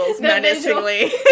menacingly